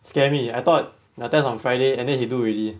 scare me I thought the test on friday and then he do already